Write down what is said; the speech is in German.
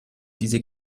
diese